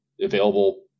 available